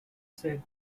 said